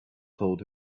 told